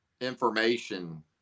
information –